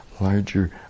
larger